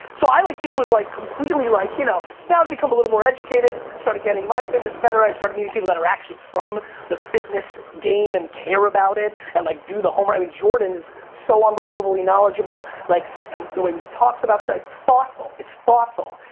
so i like just was like completely like, you know, now i've become a little more educated, starting getting my fitness better, i started meeting people that are actually from the fitness game and care about it and like do the homework, i mean jordan's so unbelievably knowledgeable like um the way he talks about stuff, it's thoughtful, it's thoughtful.